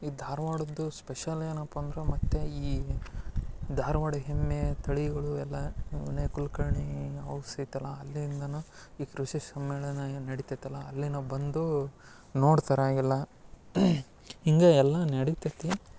ಈ ಧಾರವಾಡದ್ದು ಸ್ಪೆಷಲ್ ಏನಪ್ಪಂದ್ರೆ ಮತ್ತು ಈ ಧಾರವಾಡ ಎಮ್ಮೆ ತಳಿಗಳು ಎಲ್ಲ ಕುಲ್ಕರ್ಣಿ ಔಸ್ ಐತಲ್ಲ ಅಲ್ಲಿಂದಲೂ ಈ ಕೃಷಿ ಸಮ್ಮೇಳನ ಏನು ನಡಿತೈತಲ್ಲ ಅಲ್ಲಿಯೂ ಬಂದು ನೋಡ್ತಾರ ಎಲ್ಲ ಹೀಗೆ ಎಲ್ಲ ನಡಿತೈತಿ